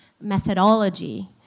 methodology